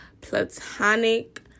platonic